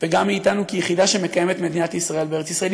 וגם מאתנו כיחידה שמקיימת את מדינת ישראל בארץ ישראל.